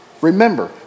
Remember